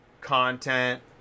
content